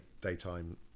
daytime